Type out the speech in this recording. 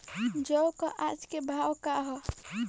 जौ क आज के भाव का ह?